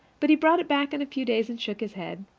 but he brought it back in a few days, and shook his head.